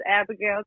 Abigail